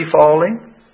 falling